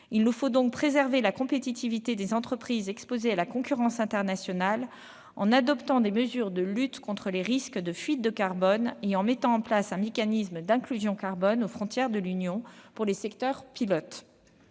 Il nous faut donc préserver la compétitivité des entreprises exposées à la concurrence internationale en adoptant des mesures de lutte contre les risques de fuite de carbone et en mettant en place un mécanisme d'inclusion carbone aux frontières de l'Union pour des secteurs pilotes.